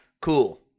Cool